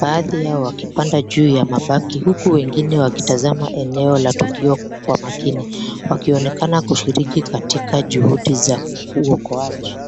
Baadhi yao wakipanda juu ya mabaki huku wengine wakitazama eneo la tukio kwa makini wakionekana kushiriki katika juhudi za kuokoaji.